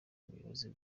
umuyobozi